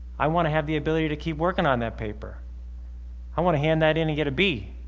i want to have the ability to keep working on that paper i want to hand that in and get a b